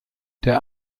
der